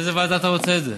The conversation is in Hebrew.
באיזו ועדה אתה רוצה את זה?